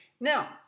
Now